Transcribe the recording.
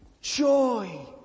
joy